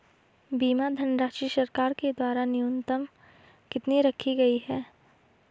बीमा धनराशि सरकार के द्वारा न्यूनतम कितनी रखी गई है?